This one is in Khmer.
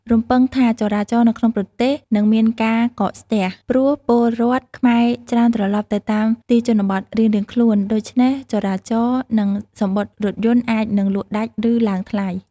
រំពឹងថាចរាចរណ៍នៅក្នុងប្រទេសនឹងមានការកកស្ទះ ព្រោះពលរដ្ឋខ្មែរច្រើនត្រឡប់ទៅតាមទីជនបទរៀងៗខ្លួន ដូច្នេះចរាចរណ៍ និងសំបុត្ររថយន្តអាចនឹងលក់ដាច់ ឬ ឡើងថ្លៃ។